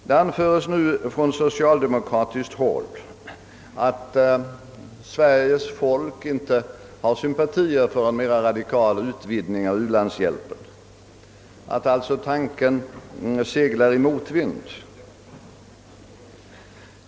Det anförs nu från socialdemokratiskt håll att Sveriges folk inte har sympa tier för en mera radikal utvidgning av u-landshjälpen, att alltså tanken seglar i motvind.